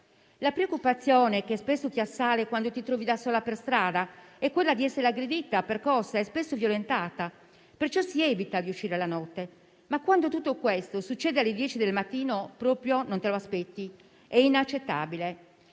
La preoccupazione che spesso ti assale quando ti trovi da sola per strada è quella di essere aggredita, percossa e spesso violentata; perciò si evita di uscire la notte. Ma quando tutto questo succede alle 10 del mattino proprio non te lo aspetti. È inaccettabile.